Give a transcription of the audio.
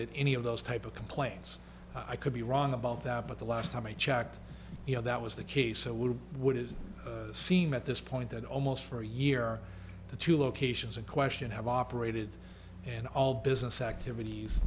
that any of those type of complaints i could be wrong about that but the last time i checked you know that was the case so we would have seen at this point that almost for a year the two locations in question have operated and all business activities